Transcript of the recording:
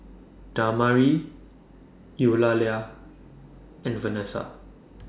Damari Eulalia and Venessa